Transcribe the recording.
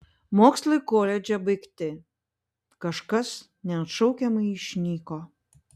mokslai koledže baigti kažkas neatšaukiamai išnyko